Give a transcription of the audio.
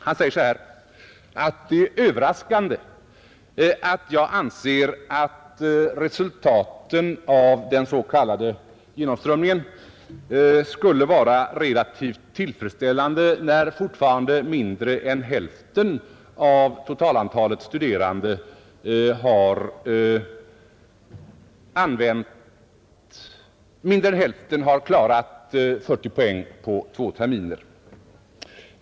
Han säger att det är överraskande att jag anser att resultaten av den s.k. genomströmningen skulle vara relativt tillfredsställande när fortfarande mindre än hälften av totalantalet studerande har klarat 40 poäng på två terminer.